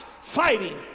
fighting